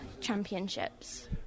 championships